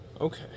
Okay